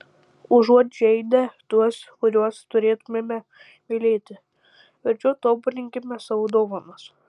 užuot žeidę tuos kuriuos turėtumėme mylėti verčiau tobulinkime savo dovanas